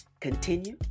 continue